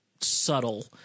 subtle